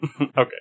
Okay